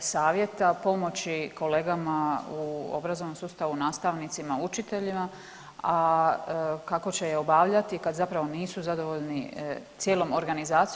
savjeta, pomoći kolegama u obrazovnom sustavu, nastavnicima, učiteljima, a kako će se je obavljati kad zapravo nisu zadovoljni cijelom organizacijom?